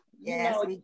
Yes